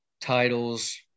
titles